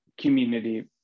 community